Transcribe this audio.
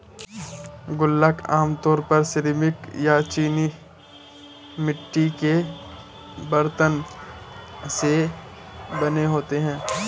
गुल्लक आमतौर पर सिरेमिक या चीनी मिट्टी के बरतन से बने होते हैं